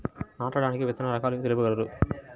నాటడానికి విత్తన రకాలు తెలుపగలరు?